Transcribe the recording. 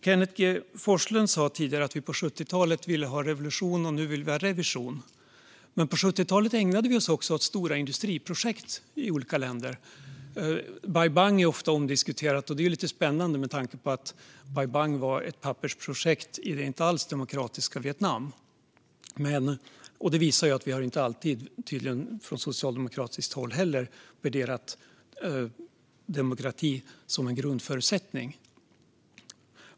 Kenneth G Forslund sa tidigare att vi på 70-talet ville ha revolution och att vi nu vill ha revision. Men på 70talet ägnade vi oss också åt stora industriprojekt i olika länder. Bai Bang är ofta omdiskuterat, och det är lite spännande med tanke på att Bai Bang var ett pappersprojekt i det inte alls demokratiska Vietnam. Det visar att vi inte alltid, inte heller från socialdemokratiskt håll, har värderat demokrati som en grundförutsättning.